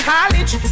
College